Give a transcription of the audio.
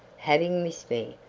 having missed me,